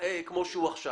כמו שזה עכשיו.